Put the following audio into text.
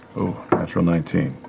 oh, natural nineteen.